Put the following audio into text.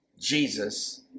Jesus